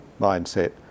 mindset